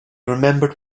remembered